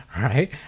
right